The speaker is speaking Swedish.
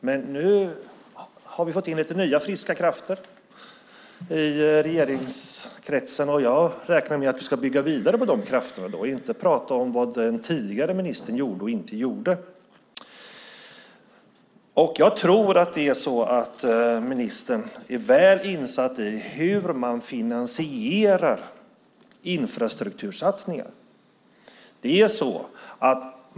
Men nu har vi fått in lite nya friska krafter i regeringskretsen, och jag räknar med att vi ska bygga vidare på de krafterna och inte prata om vad den tidigare ministern gjorde och inte gjorde. Jag tror att ministern är väl insatt i hur man finansierar infrastruktursatsningar.